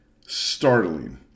startling